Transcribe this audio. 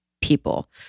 people